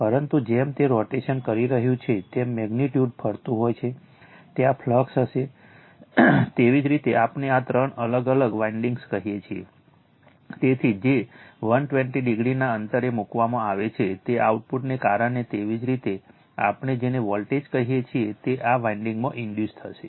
પરંતુ જેમ તે રોટેશન કરી રહ્યું છે તેમ મેગ્નિટ્યુડ ફરતું હોય છે ત્યાં ફ્લક્સ હશે તેવી જ રીતે આપણે આ ત્રણ અલગ અલગ વાઇન્ડીંગ કહીએ છીએ તેથી જે 120o ના અંતરે મૂકવામાં આવે છે તે આઉટપુટને કારણે તેવી જ રીતે આપણે જેને વોલ્ટેજ કહીએ છીએ તે આ વાઇન્ડીંગમાં ઈન્ડયુસ થશે